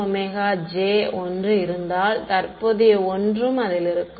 −jωJ ஒன்று இருந்தால் தற்போதைய ஒன்றும் அதில் இருக்கும்